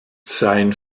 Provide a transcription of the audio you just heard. sein